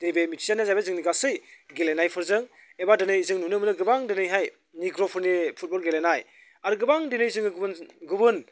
जे बे मिथिजानायानो जाबाय जोंनि बे गासै गेलेनायफोरजों एबा दिनै जों नुनो मोनो गोबां दिनैहाय निग्र'फोरनि फुटबल गेलेनाय आरो गोबां दोनै जोङो गुबुन गुबुन